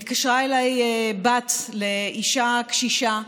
התקשרה אליי בת לאישה קשישה,